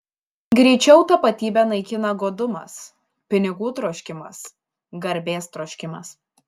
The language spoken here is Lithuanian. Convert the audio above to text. greičiau tapatybę naikina godumas pinigų troškimas garbės troškimas